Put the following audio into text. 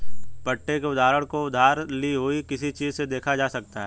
पट्टे के उदाहरण को उधार ली हुई किसी चीज़ से देखा जा सकता है